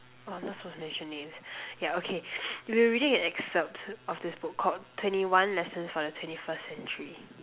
oh I'm not supposed to mention names ya okay we're reading an excerpt of this book called twenty one lessons for the twenty first century